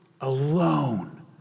alone